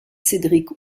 cédric